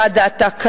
אשה דעתה קלה,